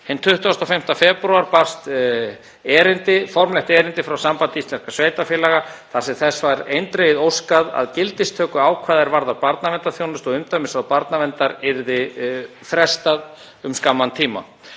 Hinn 25. febrúar barst formlegt erindi frá Sambandi íslenskra sveitarfélaga þar sem þess var eindregið óskað að gildistöku ákvæða er varða barnaverndarþjónustu og umdæmisráð barnaverndar yrði frestað um skamman tíma.